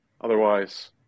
otherwise